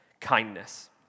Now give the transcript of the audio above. kindness